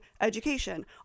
education